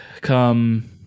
come